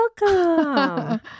welcome